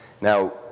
Now